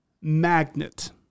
magnet